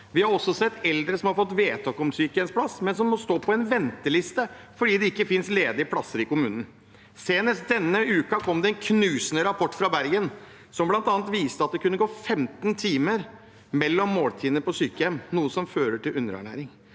Vi har også sett eldre som har fått vedtak om sykehjemsplass, men som må stå på venteliste fordi det ikke finnes ledige plasser i kommunen. Senest denne uken kom det en knusende rapport fra Bergen som bl.a. viste at det kunne gå 15 timer mellom måltidene på sykehjem, noe som fører til underernæring.